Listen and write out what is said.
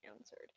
answered